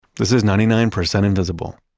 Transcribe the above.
this is ninety nine percent invisible.